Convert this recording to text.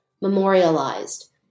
memorialized